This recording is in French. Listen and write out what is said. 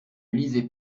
lisez